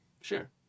sure